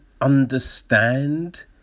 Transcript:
understand